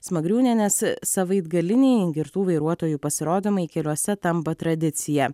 smagriūnienės savaitgaliniai girtų vairuotojų pasirodymai keliuose tampa tradicija